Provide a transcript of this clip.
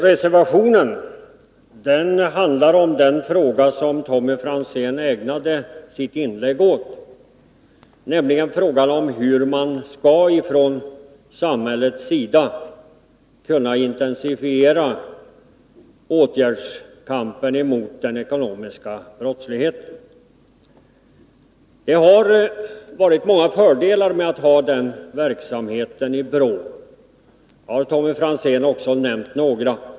Reservationen 1 handlar om den fråga som Tommy Franzén ägnade sitt inlägg åt, nämligen frågan om hur man från samhällets sida skall kunna intensifiera åtgärderna i kampen mot den ekonomiska brottsligheten. Det har varit många fördelar med att ha den verksamheten i BRÅ. Tommy Franzén har nämnt några.